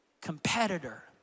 competitor